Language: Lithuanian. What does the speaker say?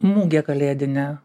mugė kalėdinė